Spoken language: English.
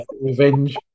revenge